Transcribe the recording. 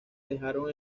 dejaron